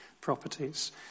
properties